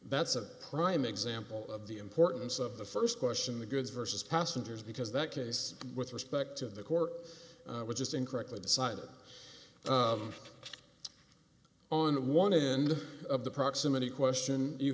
that's a prime example of the importance of the st question the goods versus passengers because that case with respect to the court was just incorrectly decided on one end of the proximity question